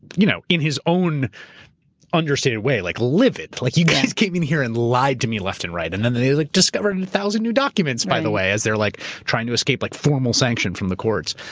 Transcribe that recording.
you know in his own understated way like livid, like, you guys came in here and lied to me left and right. and then they like discovered a and thousand new documents by the way, as they're like trying to escape like formal sanction from the courts.